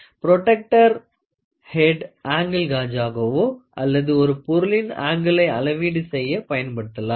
protector ஹேட் angle காஜகவோ அல்லது ஒரு பொருளின் ஆங்கிளை அளவீடு செய்ய பயன்படுத்தலாம்